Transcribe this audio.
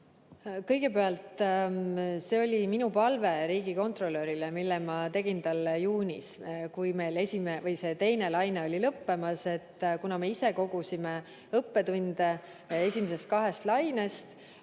Kõigepealt, see oli minu palve riigikontrolörile, mille ma esitasin talle juunis, kui meil teine laine oli lõppemas. Kuna me kogusime õppetunde esimesest kahest lainest,